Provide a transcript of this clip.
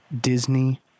Disney